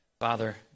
Father